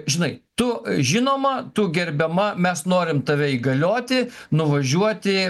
žinai tu žinoma tu gerbiama mes norim tave įgalioti nuvažiuoti